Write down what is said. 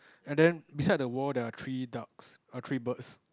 and then beside the wall there're three ducks err three birds